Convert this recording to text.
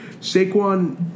Saquon